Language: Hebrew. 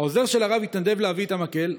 העוזר של הרב התנדב להביא את המקל,